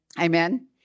Amen